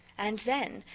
and then,